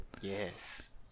Yes